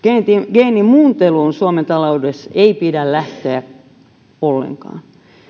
geenimuunteluun suomen taloudessa ei pidä lähteä ollenkaan